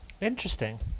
interesting